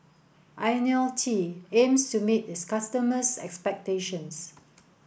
Ionil T aims to meet its customers' expectations